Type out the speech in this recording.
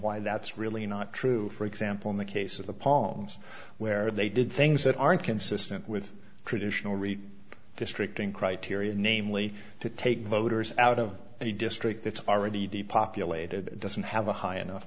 why that's really not true for example in the case of the palms where they did things that aren't consistent with traditional read district in criteria namely to take voters out of a district that's already depopulated doesn't have a high enough